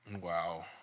Wow